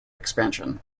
expansion